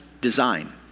design